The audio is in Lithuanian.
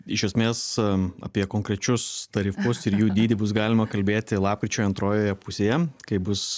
iš esmės a apie konkrečius tarifus ir jų dydį bus galima kalbėti lapkričio antrojoje pusėje kai bus